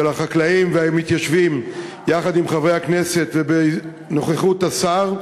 החקלאים והמתיישבים יחד עם חברי הכנסת ובנוכחות השר,